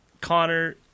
Connor